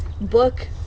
book